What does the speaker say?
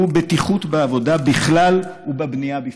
הוא בטיחות בעבודה בכלל ובבנייה בפרט.